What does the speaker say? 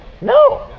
No